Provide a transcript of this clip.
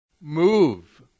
move